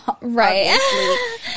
Right